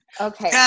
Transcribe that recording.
Okay